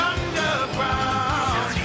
Underground